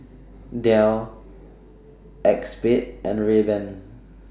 Dell ACEXSPADE and Rayban